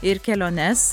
ir keliones